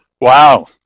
Wow